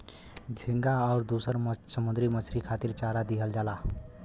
झींगा आउर दुसर समुंदरी मछरी खातिर चारा दिहल जाला